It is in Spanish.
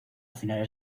finales